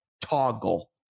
Toggle